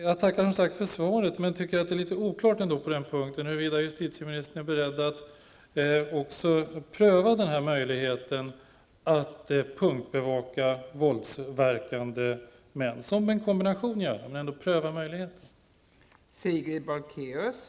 Jag tackar som sagt för svaret, men jag tycker att det är litet oklart huruvida justitieministern är beredd att också pröva den här möjligheten att punktbevaka våldsverkande män, gärna som en kombination.